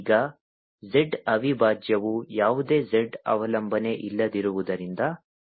ಈಗ z ಅವಿಭಾಜ್ಯವು ಯಾವುದೇ z ಅವಲಂಬನೆ ಇಲ್ಲದಿರುವುದರಿಂದ ನನಗೆ 1 ನೀಡುತ್ತದೆ